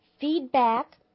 feedback